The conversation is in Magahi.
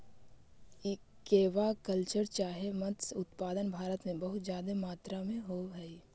एक्वा कल्चर चाहे मत्स्य उत्पादन भारत में बहुत जादे मात्रा में होब हई